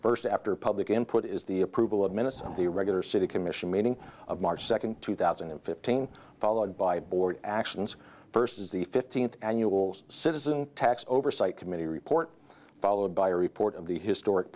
first after public input is the approval of minutes of the regular city commission meeting of march second two thousand and fifteen followed by board actions first is the fifteenth annual citizen tax oversight committee report followed by a report of the historic